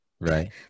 Right